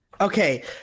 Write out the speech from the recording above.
Okay